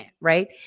right